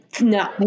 no